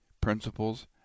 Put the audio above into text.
principles